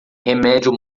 remédio